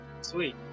Sweet